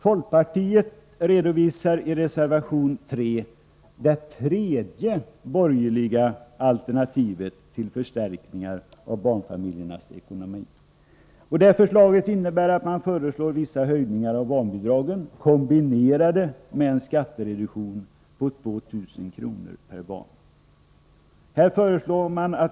Folkpartiet redovisar i reservation 3 det tredje borgerliga alternativet till förstärkningar av barnfamiljernas ekonomi. Man föreslår vissa höjningar av barnbidragen kombinerat med en skattereduktion på 2 000 kr. per barn.